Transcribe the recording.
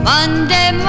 Monday